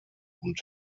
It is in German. und